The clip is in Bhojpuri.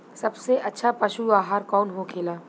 सबसे अच्छा पशु आहार कौन होखेला?